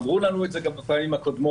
אמרו לנו את זה גם בפעמים הקודמות,